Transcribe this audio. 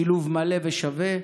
שילוב מלא ושווה,